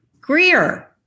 Greer